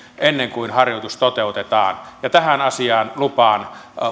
ennen kuin harjoitus toteutetaan tähän asiaan lupaan